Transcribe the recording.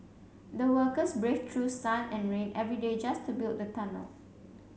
the workers braved through sun and rain every day just to build the tunnel